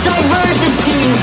Diversity